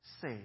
say